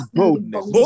boldness